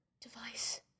device